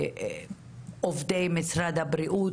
מעובדי משרד הבריאות,